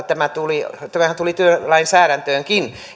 tämä henkinen työsuojeluhan tuli työlainsäädäntöönkin